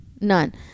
None